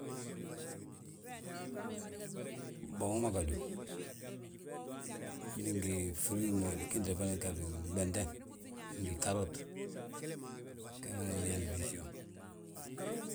bogo ma gadu, ngi firiw ma gwentele fana gadu gbenteŋ ngi ggarot, ge fana ̃naani fisiyon.